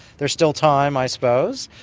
there's still time i suppose.